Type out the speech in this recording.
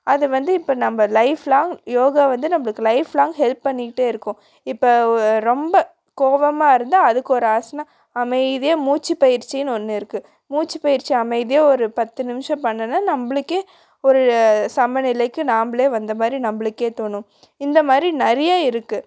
அது வந்து இப்போ நம்ம லைஃப் லாங்க் யோகா வந்து நம்மளுக்கு லைஃப் லாங்க் ஹெல்ப் பண்ணிகிட்டே இருக்கும் இப்போ ரொம்ப கோவமாக இருந்தால் அதுக்கு ஒரு ஆசனா அமைதியாக மூச்சு பயிற்சின்னு ஒன்று இருக்குது மூச்சு பயிற்சி அமைதியாக ஒரு பத்து நிமிடம் பண்ணுனா நம்மளுக்கே ஒரு சமநிலைக்கு நாம்மளே வந்த மாதிரி நம்மளுக்கே தோணும் இந்த மாதிரி நிறைய இருக்குது